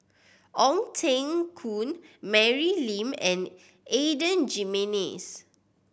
Ong Teng Koon Mary Lim and Adan Jimenez